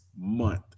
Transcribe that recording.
month